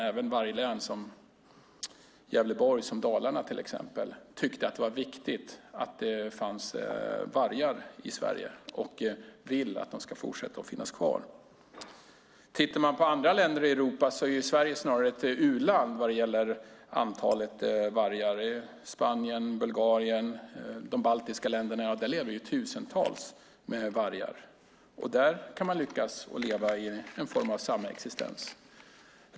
Även i varglän som Gävleborg och Dalarna tyckte man att det var viktigt att det fanns vargar i Sverige och vill att de ska finnas kvar. Jämför man med andra länder i Europa är Sverige snarare ett u-land vad gäller antalet vargar. I Spanien, Bulgarien och de baltiska länderna lever tusentals vargar, och där lyckas man leva i en form av samexistens.